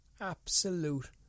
Absolute